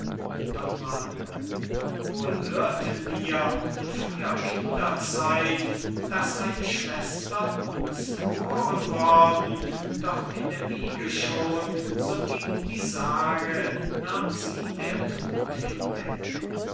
manuel wohl hörten wir in früher kinderzeit daß eine schwester uns geboren worden doch in der wiege schon so ging die sage nahm sie der tod hinweg